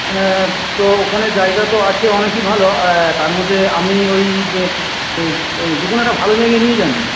হ্যাঁ তো ওখানে জায়গা তো আছে অনেকই ভালো তার মধ্যে আপনি ওই যে কোনো একটা ভালো জায়গায় নিয়ে যান না